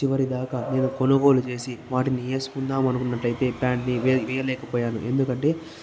చివరిదాకా నేను కొనుగోలు చేసి వాటిని వేసుకుందాం అనుకున్నట్టయితే ప్యాంటుని వేయలేకపోయాను ఎందుకంటే